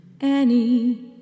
Annie